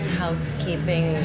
housekeeping